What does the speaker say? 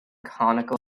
conical